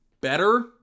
better